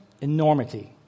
enormity